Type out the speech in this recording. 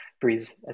Breeze